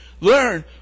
learn